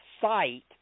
site